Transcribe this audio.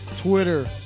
Twitter